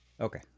Okay